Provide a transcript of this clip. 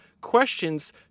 questions